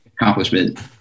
accomplishment